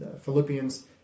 Philippians